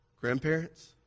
Grandparents